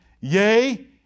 Yea